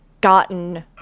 gotten